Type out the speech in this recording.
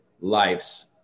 lives